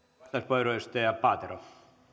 arvoisa herra